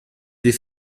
des